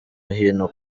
hino